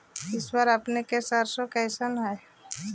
इस बार अपने के सरसोबा कैसन हकन?